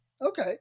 Okay